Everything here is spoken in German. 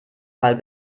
fall